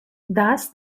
thus